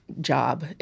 job